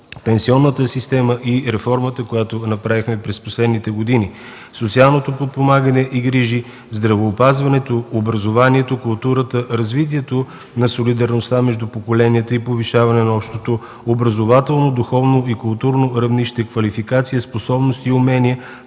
пенсионната система и реформата, която направихме през последните години, социалното подпомагане и грижи, здравеопазването, образованието, културата, развитието на солидарността между поколенията и повишаване на общото образователно духовно и културно равнище, квалификация, способности и умения